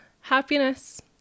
happiness